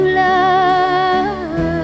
love